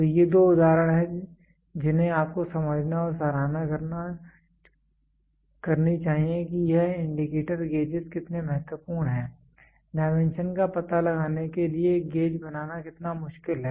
तो ये दो उदाहरण हैं जिन्हें आपको समझना और सराहना करनी चाहिए कि यह इंडिकेटर गेजेस कितने महत्वपूर्ण हैं डायमेंशन का पता लगाने के लिए गेज बनाना कितना मुश्किल है